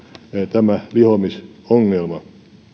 tämä lihomisongelma